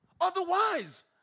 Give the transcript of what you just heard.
Otherwise